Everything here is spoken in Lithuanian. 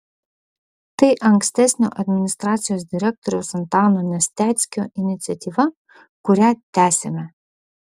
tai ankstesnio administracijos direktoriaus antano nesteckio iniciatyva kurią tęsiame